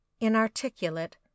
inarticulate